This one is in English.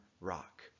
rock